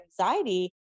anxiety